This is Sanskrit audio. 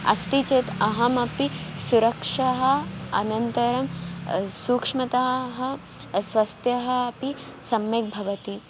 अस्ति चेत् अहमपि सुरक्षः अनन्तरं सूक्ष्मताः स्वस्थः अपि सम्यग् भवति